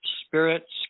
spirits